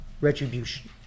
retribution